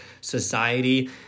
society